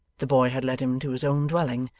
the boy had led him to his own dwelling,